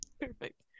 Perfect